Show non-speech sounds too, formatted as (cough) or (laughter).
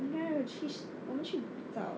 (noise) 我们去我们去找